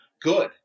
good